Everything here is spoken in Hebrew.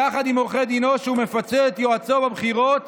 יחד עם עורכי דינו, שהוא מפצה את יועצו בבחירות